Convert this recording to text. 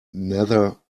neither